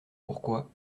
pourquoi